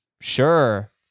Sure